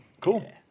Cool